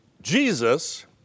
Jesus